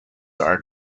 are